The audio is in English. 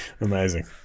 Amazing